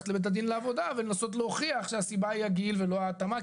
לבית הדין לעבודה ולנסות להוכיח שהסיבה היא הגיל ולא ההתאמה,